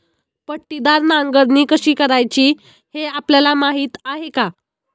पट्टीदार नांगरणी कशी करायची हे आपल्याला माहीत आहे का?